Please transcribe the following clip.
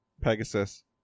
Pegasus